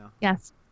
yes